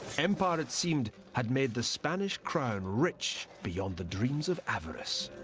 empire, it seemed, had made the spanish crown rich beyond the dreams of avarice.